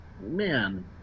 man